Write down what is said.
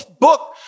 book